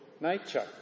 nature